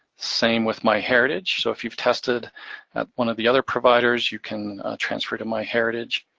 same with myheritage. so if you've tested at one of the other providers, you can transfer to myheritage.